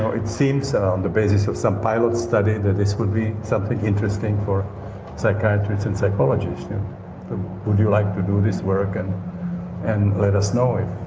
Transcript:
it seemed on the basis of some pilot study that this would be something interesting for psychiatrists and psychologists. would you like to do this work and and let us know if